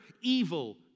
evil